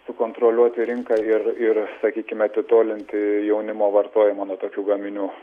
sukontroliuoti rinką ir ir sakykim atitolinti jaunimo vartojimą nuo tokių gaminių